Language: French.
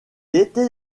était